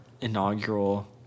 inaugural